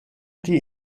die